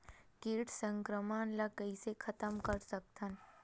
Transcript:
कीट संक्रमण ला कइसे खतम कर सकथन?